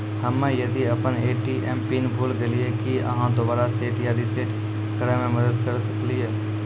हम्मे यदि अपन ए.टी.एम पिन भूल गलियै, की आहाँ दोबारा सेट या रिसेट करैमे मदद करऽ सकलियै?